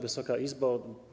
Wysoka Izbo!